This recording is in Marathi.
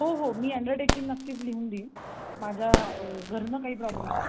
हो हो मी अंडरटेकिन नक्कीच लिहून देईन माझ्या घरनं काही प्रॉब्लेम